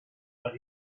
but